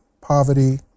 poverty